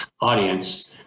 audience